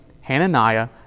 Hananiah